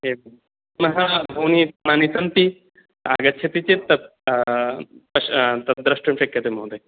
ये पुनः भुवनानि सन्ति आगच्छति चेत् तत् द्रष्टुं शक्यते महोदय